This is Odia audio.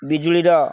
ବିଜୁଳିର